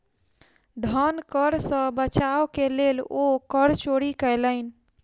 धन कर सॅ बचाव के लेल ओ कर चोरी कयलैन